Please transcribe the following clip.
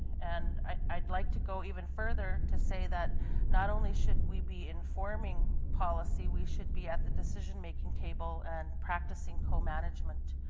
and i would like to go even further, to say that not only should we be informing policy, we should be at the decision-making table and practicing comanagement.